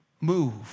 move